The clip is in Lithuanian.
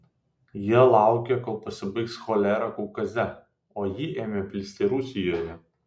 jie laukė kol pasibaigs cholera kaukaze o ji ėmė plisti rusijoje